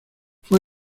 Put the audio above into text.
fue